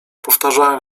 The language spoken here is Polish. powtarzałem